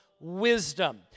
Wisdom